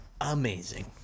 amazing